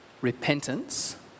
repentance